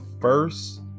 first